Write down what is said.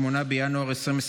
8 בינואר 2024,